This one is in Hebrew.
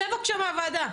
צא בבקשה מהוועדה.